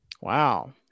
Wow